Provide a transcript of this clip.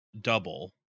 Double